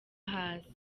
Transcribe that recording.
hasi